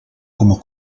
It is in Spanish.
como